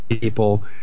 people